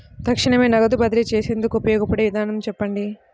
తక్షణమే నగదు బదిలీ చేసుకునేందుకు ఉపయోగపడే విధానము చెప్పండి?